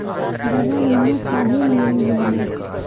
दवा बीमा काहे लियल जाला?